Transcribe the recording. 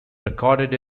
recorded